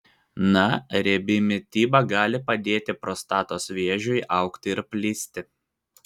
na riebi mityba gali padėti prostatos vėžiui augti ir plisti